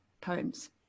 poems